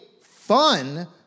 fun